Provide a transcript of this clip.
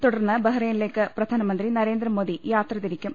തുടർന്ന് ബഹറിനിലേക്ക് പ്രധാനമന്ത്രി നരേന്ദ്രമോദി യാത്ര തിരിക്കും